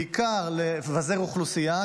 בעיקר לפזר אוכלוסייה,